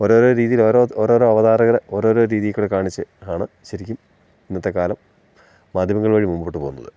ഓരോരോ രീതിയിൽ ഓരോ ഓരോരോ അവതാരകർ ഓരോരോ രീതിയിൽക്കൂടിക്കാണിച്ച് ആണ് ശരിക്കും ഇന്നത്തേക്കാലം മാധ്യമങ്ങൾ വഴി മുമ്പോട്ട് പോകുന്നത്